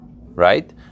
Right